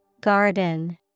Garden